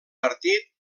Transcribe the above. partit